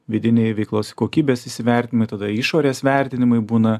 vidiniai veiklos kokybės įsivertinimai tada išorės vertinimai būna